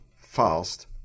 fast